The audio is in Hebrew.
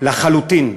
לחלוטין,